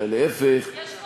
אלא להפך,